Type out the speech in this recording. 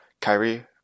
Kyrie